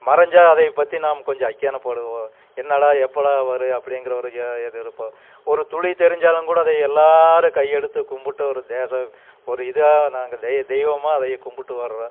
மறைஞ்சா அதை பற்றி நாம் கொஞ்சம் அக்ஞானப்படுவோம் என்னடா எப்படா வரும் அப்படிங்குற மாதிரி ஒரு இ இது இருக்கும் ஒரு துளி தெரிஞ்சாலும் கூட அதை எல்லோரும் கையெடுத்து கும்பிட்டு ஒரு தேசம் ஒரு இதாக நாங்கள் தெ தெய்வமாக அதை கும்பிட்டு வர்றோம்